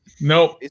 Nope